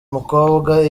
mukobwa